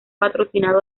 patrocinado